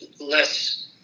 less